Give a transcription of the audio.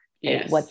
Yes